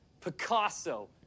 Picasso